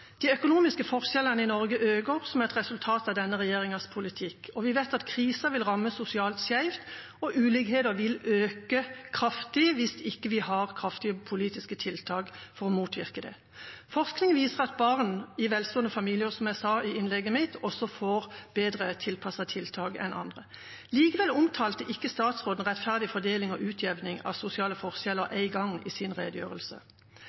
De økonomiske forskjellene i Norge øker som et resultat av denne regjeringas politikk, og vi vet at kriser vil ramme sosialt skjevt, og ulikheter vil øke kraftig hvis vi ikke har kraftige politiske tiltak for å motvirke det. Forskning viser at barn i velstående familier, som jeg sa i innlegget mitt, også får bedre tilpassede tiltak enn andre. Likevel omtalte ikke statsråden rettferdig fordeling og utjevning av sosiale forskjeller én gang i sin redegjørelse.